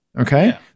Okay